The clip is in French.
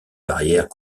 barrières